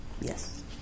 Yes